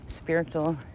spiritual